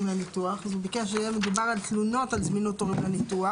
לניתוח אז הוא ביקש שיהיה מדובר על תלונות על זמינות תור לניתוח,